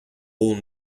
all